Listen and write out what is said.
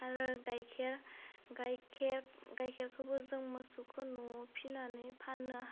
आरो गाइखेर गायखेर गायखेरखौबो जों मोसौखौ नवाव फिनानै फाननो